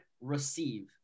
receive